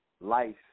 life